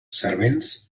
servents